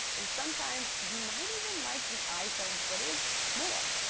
and sometimes, you might even like the iphone footage more.